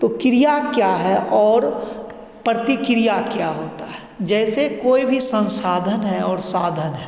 तो क्रिया क्या है और प्रक्रिया क्या होती है जैसे कोई भी सन्साधन है और साधन है